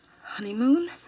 Honeymoon